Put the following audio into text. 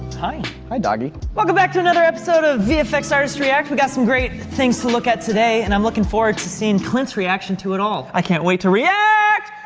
hi, hi doggie! welcome back to another episode of vfx artists react! we got some great things to look at today and i'm looking forward to seeing clint's reaction to it all. i can't wait to reaaact!